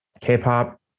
K-pop